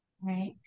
Right